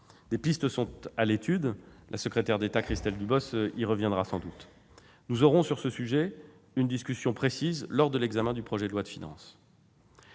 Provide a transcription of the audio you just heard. Des pistes sont à l'étude : la secrétaire d'État Christelle Dubos y reviendra sans doute. Nous aurons sur ce sujet une discussion précise lors de l'examen du projet de loi de finances.